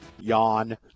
Yawn